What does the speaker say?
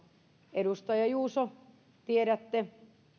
edustaja juuso tiedätte